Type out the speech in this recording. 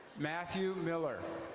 matthew miller.